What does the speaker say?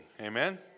Amen